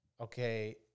Okay